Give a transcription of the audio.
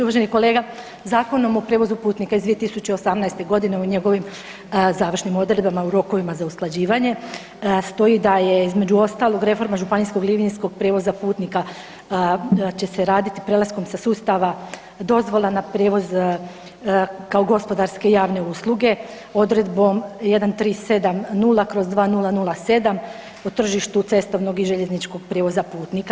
Uvaženi kolega, Zakonom o prijevozu putnika iz 2018. godine u njegovim završnim odredbama u rokovima za usklađivanje stoji da je između ostalog reforma županijskog linijskog prijevoza putnika će se raditi prelaskom sa sustava dozvola na prijevoz kao gospodarske javne usluge odredbom 1370/2007. o tržištu cestovnog i željezničkog prijevoza putnika.